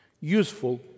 useful